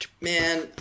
Man